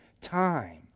time